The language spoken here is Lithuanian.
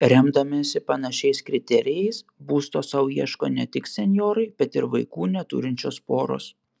remdamiesi panašiais kriterijais būsto sau ieško ne tik senjorai bet ir vaikų neturinčios poros